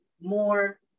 more